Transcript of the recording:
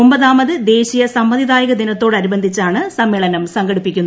ഒമ്പതാമത് ദേശീയ സമ്മതിദായക ദിനത്തോട് അനുബന്ധിച്ചാണ് സമ്മേളനം സംഘടിപ്പിച്ചത്